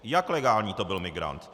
Jak legální to byl migrant?